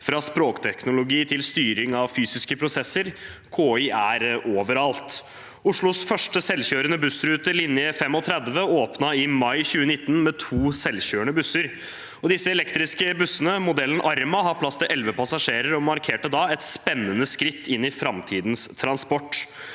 fra språkteknologi til styring av fysiske prosesser – KI er overalt. Oslos første selvkjørende bussrute, linje 35, åpnet i mai 2019 med to selvkjørende busser, og disse elektriske bussene, modellen Arma, har plass til elleve passasjerer og markerte da et spennende skritt inn i framtidens transport.